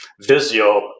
visual